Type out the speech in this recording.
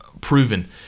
proven